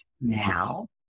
now